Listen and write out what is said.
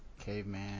Caveman